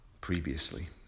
previously